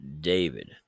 David